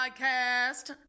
podcast